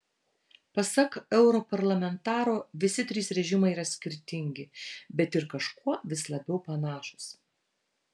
pasak europarlamentaro visi trys režimai yra skirtingi bet ir kažkuo vis labiau panašūs